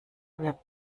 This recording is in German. wir